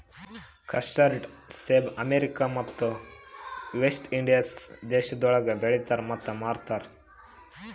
custard ಸೇಬ America ಮತ್ತ West Indies ದೇಶಗೊಳ್ದಾಗ್ ಬೆಳಿತಾರ್ ಮತ್ತ ಮಾರ್ತಾರ್